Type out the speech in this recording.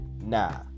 Nah